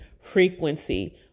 frequency